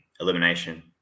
elimination